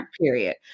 period